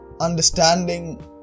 understanding